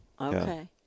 Okay